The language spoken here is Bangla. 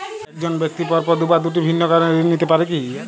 এক জন ব্যক্তি পরপর দুবার দুটি ভিন্ন কারণে ঋণ নিতে পারে কী?